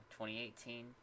2018